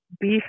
beef